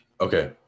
Okay